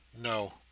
no